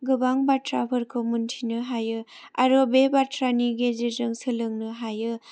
गोबां बाथ्राफोरखौ मोन्थिनो हायो आरो बे बाथ्रानि गेजेरजों सोलोंनो हायो